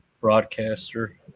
broadcaster